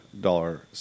dollar